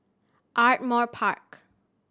Ardmore Park